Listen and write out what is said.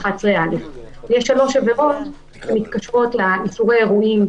11א. יש שלוש עבירות שמתקשרות לאיסורי אירועים